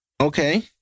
Okay